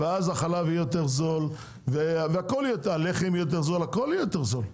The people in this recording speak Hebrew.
ואז החלב יהיה יותר זול והלחם יהיה יותר זול הכל יהיה יותר זול.